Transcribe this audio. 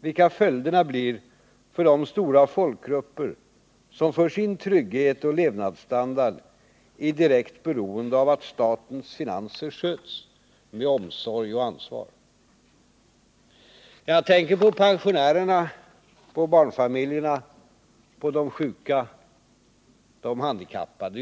vilka konsekvenserna blir för de stora folkgrupper som för sin trygghet och levnadsstandard är direkt beroende av att statens finanser sköts med omsorg och ansvar. Jag tänker på pensionärerna, barnfamiljerna, de sjuka och de handikappade.